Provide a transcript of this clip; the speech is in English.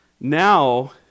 Now